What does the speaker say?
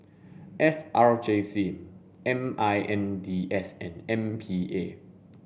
S R J C M I N D S and M P A